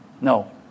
No